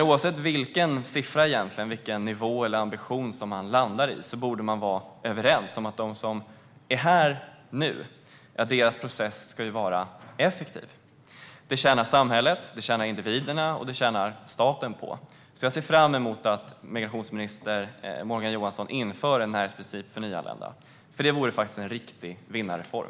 Oavsett vilken siffra, nivå eller ambition man landar på borde man vara överens om att processen för dem som är här nu ska vara effektiv. Det tjänar samhället, individerna och staten på. Jag ser därför fram emot att migrationsminister Morgan Johansson inför en närhetsprincip för nyanlända. Det vore nämligen en riktig vinnarreform.